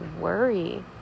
worry